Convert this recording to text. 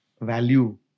value